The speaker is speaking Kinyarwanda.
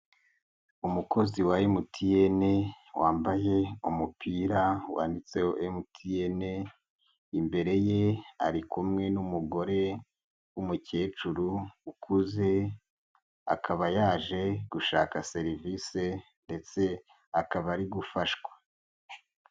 Umukozi wa MTN wambaye umupira wanditseho MTN, imbere ye ari kumwe n'umugore w'umukecuru ukuze akaba yaje gushaka serivise ndetse akaba ari gufashwa.